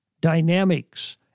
dynamics